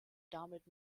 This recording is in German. damit